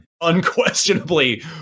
unquestionably